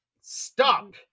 Stop